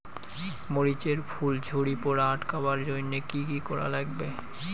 মরিচ এর ফুল ঝড়ি পড়া আটকাবার জইন্যে কি কি করা লাগবে?